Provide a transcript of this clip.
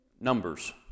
numbers